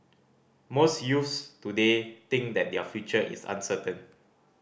most youths today think that their future is uncertain